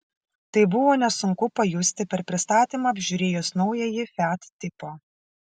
tai buvo nesunku pajusti per pristatymą apžiūrėjus naująjį fiat tipo